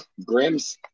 Grims